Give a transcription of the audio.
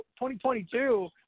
2022